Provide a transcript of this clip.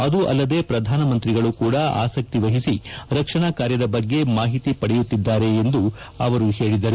ಆದೂ ಅಲ್ಲದೆ ಪ್ರಧಾನ ಮಂತ್ರಿಗಳೂ ಕೂಡ ಆಸಕ್ತಿ ವಹಿಸಿ ರಕ್ಷಣಾ ಕಾರ್ಯದ ಬಗ್ಗೆ ಮಾಹಿತಿ ಪಡೆಯುತ್ತಿದ್ದಾರೆ ಎಂದು ಹೇಳಿದರು